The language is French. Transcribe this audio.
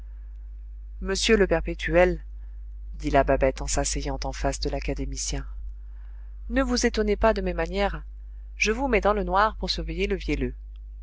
monsieur le perpétuel dit la babette en s'asseyant en face de l'académicien ne vous étonnez pas de mes manières je vous mets dans le noir pour surveiller le vielleux